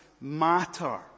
Matter